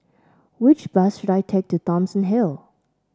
which bus should I take to Thomson Hill